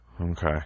Okay